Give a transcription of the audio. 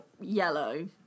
yellow